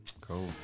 cool